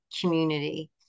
community